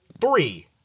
three